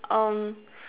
um